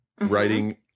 writing